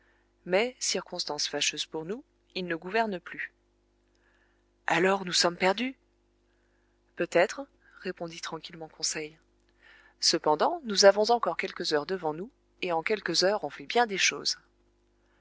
mais circonstance fâcheuse pour nous il ne gouverne plus alors nous sommes perdus peut-être répondit tranquillement conseil cependant nous avons encore quelques heures devant nous et en quelques heures on fait bien des choses